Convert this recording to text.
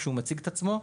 כשהוא מציג את עצמו,